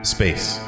Space